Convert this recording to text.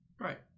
Right